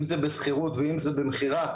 אם זה בשכירות ואם זה במכירה,